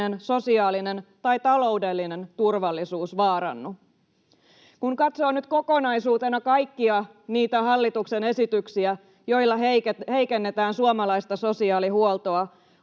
sosiaalinen tai taloudellinen turvallisuus vaarannu. Kun katsoo nyt kokonaisuutena kaikkia niitä hallituksen esityksiä, joilla heikennetään suomalaista sosiaalihuoltoa,